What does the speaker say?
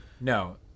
No